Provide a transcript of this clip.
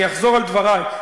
אני אחזור על דברי,